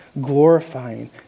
glorifying